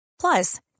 Plus